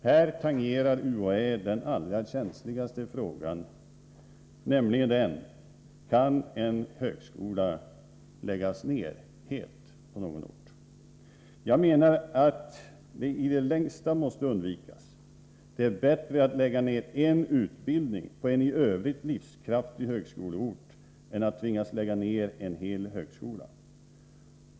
Här tangerar UHÄ den allra känsligaste frågan, nämligen: Kan en högskola läggas ned helt på någon ort? Jag menar att det i det längsta måste undvikas. Det är bättre att lägga ned en utbildning på en i övrigt livskraftig högskoleort än att tvingas lägga ned en hel högskola.